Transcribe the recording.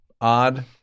Odd